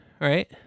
Right